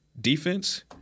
defense